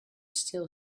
still